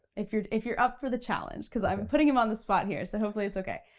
if you're if you're up for the challenge, cause i'm putting him on the spot here, so hopefully it's okay.